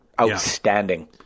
outstanding